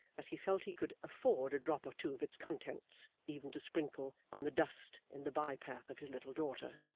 that he felt he could afford a drop or two of its contents, even to sprinkle on the dust in the by-path of his little daughter.